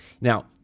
Now